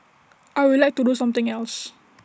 I would like to do something else